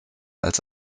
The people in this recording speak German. als